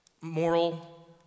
moral